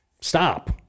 stop